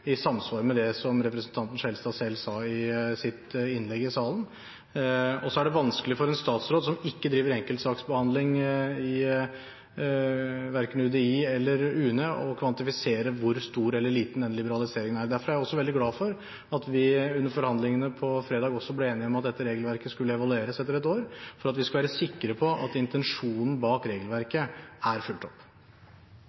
i samsvar med det som representanten Skjelstad selv sa i sitt innlegg i salen. Det er vanskelig for en statsråd, som ikke driver med enkeltsaksbehandling i verken UDI eller UNE, å kvantifisere hvor stor eller liten den liberaliseringen er. Derfor er jeg også veldig glad for at vi under forhandlingene på fredag også ble enige om at dette regelverket skal evalueres etter ett år, for at vi skal være sikre på at intensjonen bak regelverket